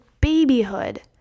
babyhood